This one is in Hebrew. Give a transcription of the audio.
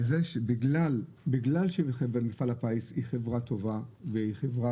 בגלל שחברת מפעל הפיס היא חברה טובה והיא חברה